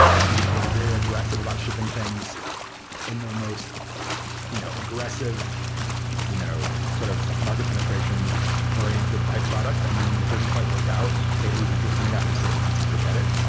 i think it can be very aggressive about shipping things in their most you know aggressive you know sort of market penetration oriented type product. and then when it doesn't quite work out, they lose interest in it after six months and forget it.